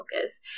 focus